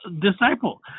disciple